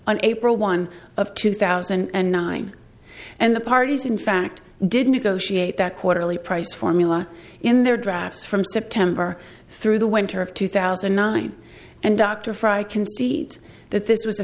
on april one of two thousand and nine and the parties in fact did negotiate that quarterly price formula in their drafts from september through the winter of two thousand and nine and dr fry concedes that this was a